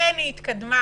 כן, היא התקדמה.